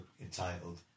entitled